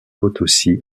potosí